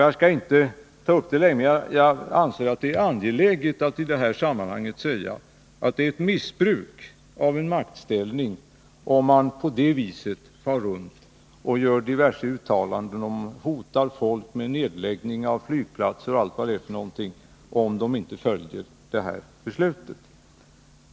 Jag anser det vara angeläget att i detta sammanhang säga att det är ett missbruk av maktställning om man på det viset far runt och gör diverse uttalanden, i vilka man hotar folk med nedläggning av flygplatser och allt vad det är för någonting, om de inte följer det här beslutet.